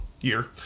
year